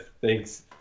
Thanks